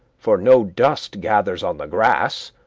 for no dust gathers on the grass,